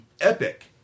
epic